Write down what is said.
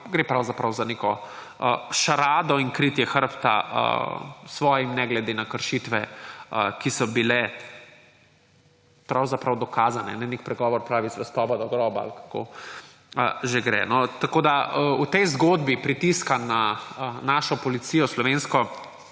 gre pravzaprav za neko šarado in kritje hrbta svojim, ne glede na kršitve, ki so bile pravzaprav dokazane. Nek pregovor pravi: Zvestoba do groba … Ali kako že gre? Tako se v tej zgodbi pritiska na našo policijo, slovensko,